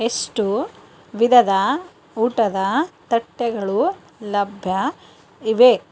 ಎಷ್ಟು ವಿಧದ ಊಟದ ತಟ್ಟೆಗಳು ಲಭ್ಯ ಇವೆ